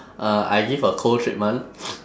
uh I give a cold treatment